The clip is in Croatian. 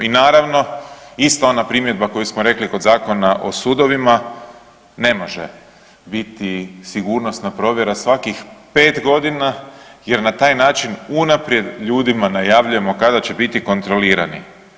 I naravno ista ona primjedba koju smo rekli kod Zakona o sudovima ne može biti sigurnosna provjera svakih 5 godina jer na taj način unaprijed ljudima najavljujemo kada će biti kontrolirani.